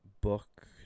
book